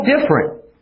different